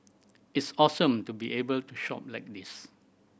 it's awesome to be able to shop like this